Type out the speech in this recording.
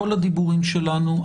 כל הדיבורים שלנו,